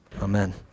amen